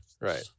Right